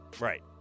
Right